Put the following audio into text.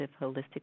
holistic